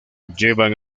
llevan